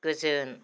गोजोन